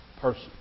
person